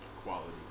quality